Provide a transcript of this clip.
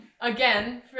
again